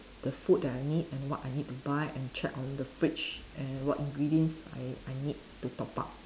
the food that I need and what I need to buy and check on the fridge and what ingredients I I need to top up